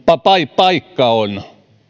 paikka on